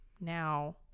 now